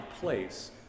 place